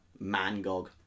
Mangog